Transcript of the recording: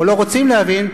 או לא רוצים להבין,